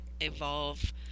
evolve